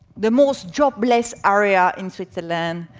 the most jobless area in switzerland.